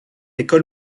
école